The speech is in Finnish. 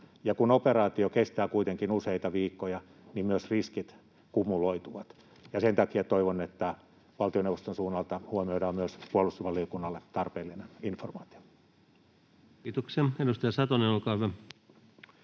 kun operaatio kestää kuitenkin useita viikkoja, niin myös riskit kumuloituvat. Sen takia toivon, että valtioneuvoston suunnalta huomioidaan myös puolustusvaliokunnalle tarpeellinen informaatio. [Speech 23] Speaker: